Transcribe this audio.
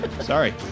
Sorry